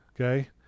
okay